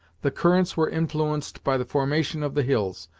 the currents were influenced by the formation of the hills,